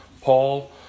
Paul